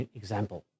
example